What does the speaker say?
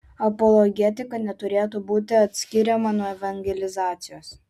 apologetika neturėtų būti atskiriama nuo evangelizacijos